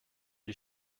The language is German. die